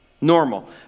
Normal